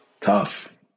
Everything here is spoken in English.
Tough